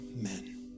Amen